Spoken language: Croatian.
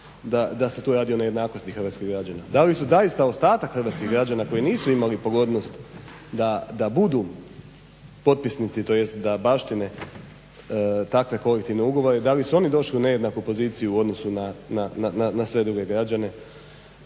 da se tu radi o nejednakosti hrvatskih građana. Da li su oni zaista hrvatskih građana koji nisu imali pogodnost da budu potpisnici, tj. da baštine takve kolektivne ugovore, da li su oni došli u nejednaku poziciju u odnosu na sve druge građane